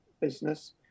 business